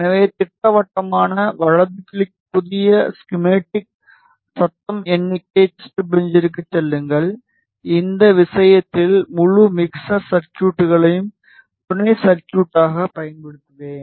எனவே திட்டவட்டமான வலது கிளிக் புதிய ஸ்கிமெடிக் சத்தம் எண்ணிக்கை டெஸ்ட்பெஞ்சிற்குச் செல்லுங்கள் இந்த விஷயத்தில் முழு மிக்ஸர் சர்குய்ட்களையும் துணை சர்குய்ட்களாகப் பயன்படுத்துவேன்